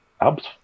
abs